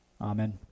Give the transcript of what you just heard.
Amen